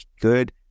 good